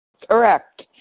Correct